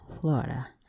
Florida